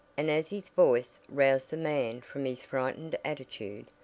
and as his voice roused the man from his frightened attitude,